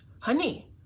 honey